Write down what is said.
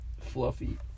Fluffy